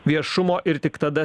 viešumo ir tik tada